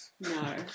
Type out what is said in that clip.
No